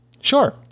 Sure